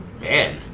Man